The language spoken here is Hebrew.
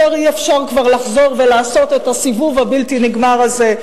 יותר אי-אפשר כבר לחזור ולעשות את הסיבוב הבלתי-נגמר הזה,